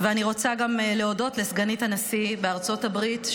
-- ואני רוצה גם להודות לסגנית הנשיא בארצות הברית,